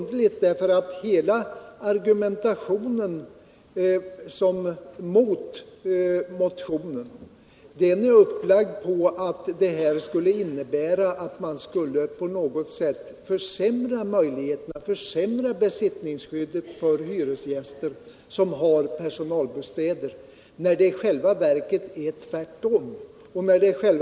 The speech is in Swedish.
Hela argumentationen mot motionen är upplagd på att förslaget på något sätt skulle försämra besittningsskyddet för hyresgäster som har personalbostad, när det i själva verket är tvärtom.